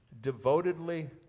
devotedly